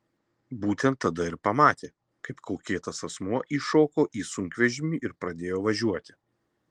būtent tada ir pamatė kaip kaukėtas asmuo įšoko į sunkvežimį ir pradėjo važiuoti